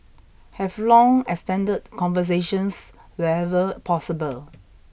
have long extended conversations wherever possible